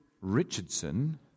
Richardson